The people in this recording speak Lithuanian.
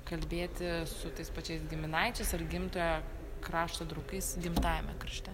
kalbėti su tais pačiais giminaičiais ar gimtojo krašto draugais gimtajame krašte